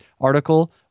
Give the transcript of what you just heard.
article